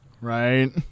Right